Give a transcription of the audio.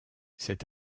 cet